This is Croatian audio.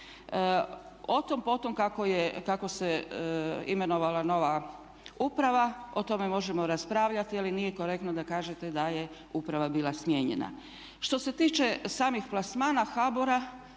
Otom potom kako se imenovala nova uprava, o tome možemo raspravljati ali nije korektno da kažete da je uprava bila smijenjena. Što se tiče samih plasmana HBOR-a,